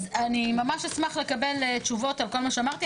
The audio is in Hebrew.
אז אני ממש אשמח לקבל תשובות על כל מה שאמרתי.